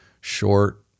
short